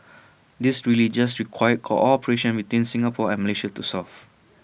these really just required cooperation between Singapore and Malaysia to solve